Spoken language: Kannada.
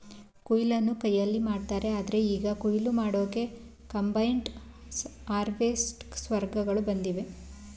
ಕೊಯ್ಲನ್ನ ಕೈಯಲ್ಲಿ ಮಾಡ್ತಾರೆ ಆದ್ರೆ ಈಗ ಕುಯ್ಲು ಮಾಡೋಕೆ ಕಂಬೈನ್ಡ್ ಹಾರ್ವೆಸ್ಟರ್ಗಳು ಬಂದಿವೆ